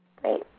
Great